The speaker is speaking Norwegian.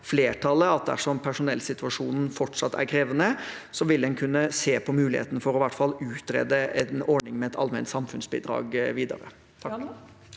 personellsituasjonen fortsatt er krevende, vil en kunne se på muligheten for i hvert fall å utrede en ordning med et allment samfunnsbidrag videre.